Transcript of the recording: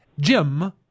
Jim